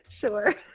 Sure